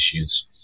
issues